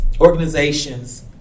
Organizations